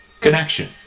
Connection